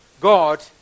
God